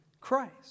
Christ